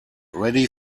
ready